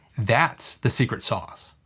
that's the secret sauce.